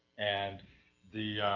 and the,